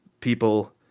people